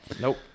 Nope